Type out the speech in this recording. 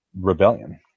rebellion